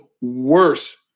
worse